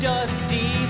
Dusty